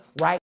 right